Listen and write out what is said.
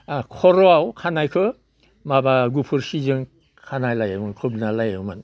खर'आव खानायखौ माबा गुफुर सिजों खाना लायोमोन खोबना लायोमोन